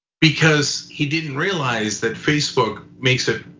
because he didn't realize that facebook makes it,